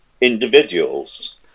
individuals